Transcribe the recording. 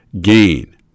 gain